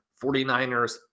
49ers